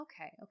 Okay